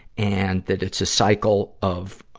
and that it's a cycle of, um,